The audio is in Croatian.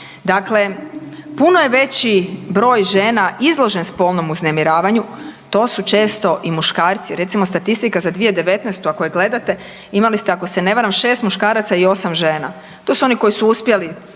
Dakle, puno je veći broj žena izložen spolnom uznemiravanju. To su često i muškarci. Recimo statistika za 2019. ako je gledate, imali ste ako se ne varam 6 muškaraca i 8 žena. To su oni koji su uspjeli progurati